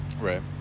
right